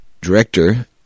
director